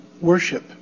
worship